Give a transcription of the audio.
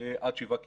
עד שבעה קילומטר.